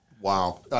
Wow